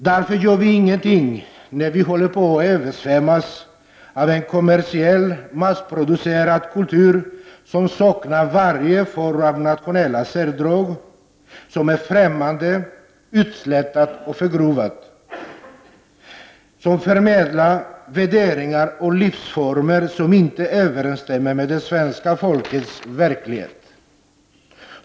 Därför gör vi ingenting när vi håller på att översvämmas av en kommersiell massproducerad kultur som saknar varje form av nationella särdrag och som är främmande, utslätad och förgrovad. Denna kultur förmedlar värderingar och livsformer som inte överensstämmer med det svenska folkets verklighet.